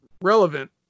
relevant